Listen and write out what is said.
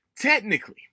technically